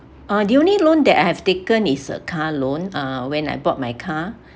uh the only loan that I have taken is uh car loan uh when I bought my car